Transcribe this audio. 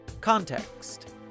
Context